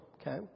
okay